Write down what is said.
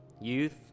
Youth